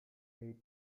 eight